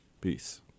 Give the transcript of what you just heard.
Peace